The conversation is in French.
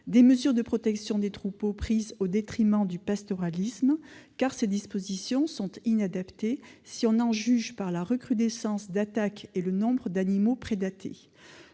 Des mesures de protection des troupeaux ont été prises au détriment du pastoralisme, mais elles sont inadaptées si l'on en juge par la recrudescence d'attaques et le nombre d'animaux victimes.